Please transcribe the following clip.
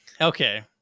okay